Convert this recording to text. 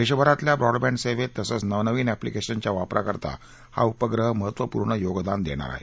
देशभरातल्या ब्रॉडबँड सेवेत तसंच नवनवीन अॅप्लीकेशनच्या वापराकरता हा उपग्रह महत्त्वपूर्ण योगदान देणार आहे